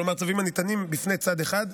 כלומר צווים הניתנים בפני צד אחד,